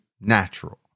natural